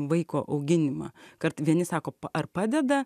vaiko auginimą kad vieni sako ar padeda